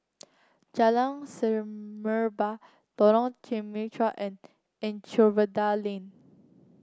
Jalan Semerbak Lorong Temechut and Anchorvale Lane